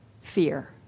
fear